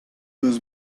was